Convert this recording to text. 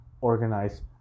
organize